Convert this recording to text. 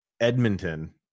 Edmonton